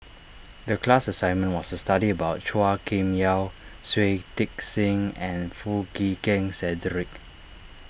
the class assignment was to study about Chua Kim Yeow Shui Tit Sing and Foo Chee Keng Cedric